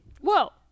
whoa